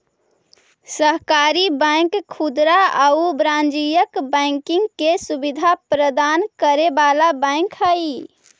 सहकारी बैंक खुदरा आउ वाणिज्यिक बैंकिंग के सुविधा प्रदान करे वाला बैंक हइ